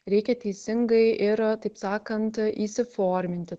reikia teisingai ir taip sakant įsiforminti